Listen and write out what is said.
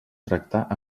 tractar